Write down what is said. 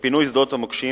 לפינוי שדות המוקשים